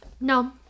No